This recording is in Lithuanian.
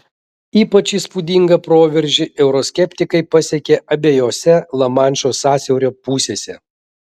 ypač įspūdingą proveržį euroskeptikai pasiekė abiejose lamanšo sąsiaurio pusėse